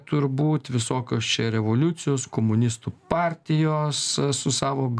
turbūt visokios čia revoliucijos komunistų partijos su savo